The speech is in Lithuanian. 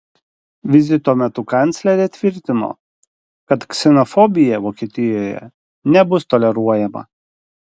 vizito metu kanclerė tvirtino kad ksenofobija vokietijoje nebus toleruojama